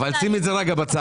אבל שימי את זה רגע בצד.